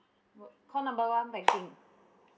call number one banking